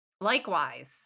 Likewise